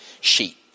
sheep